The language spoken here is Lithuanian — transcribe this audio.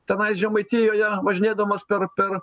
tenai žemaitijoje važinėdamas per per